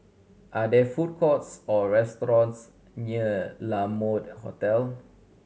are there food courts or restaurants near La Mode Hotel